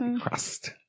Crust